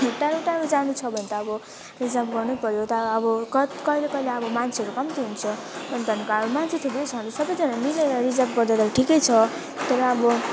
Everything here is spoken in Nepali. टाढो टाढो जानु छ भने त अब रिजर्भ गर्नु पर्यो त्यहाँबाट अब कति कहिले कहिले अब मान्छेहरू कम्ती हुन्छ अनि त्याहाँको मान्छे थुप्रै छ भने सबजना मिलेर रिजर्भ गरेर ठिकै छ तर अब